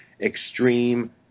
extreme